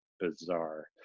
bizarre